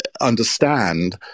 understand